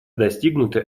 достигнуты